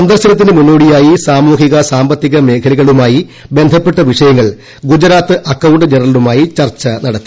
സന്ദർശനത്തിന് മുന്നോടിയായി സാമൂഹിക സാമ്പത്തിക മേഖലകളുമായി ബന്ധപ്പെട്ട് വിഷയങ്ങൾ ഗുജറാത്ത് അക്കൌണ്ടന്റ് ജനറലുമായി ചർച്ച നടത്തി